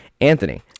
Anthony